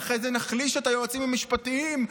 ואחרי זה נחליש את היועצים המשפטיים,